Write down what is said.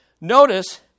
Notice